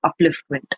upliftment